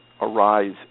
arise